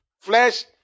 flesh